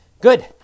good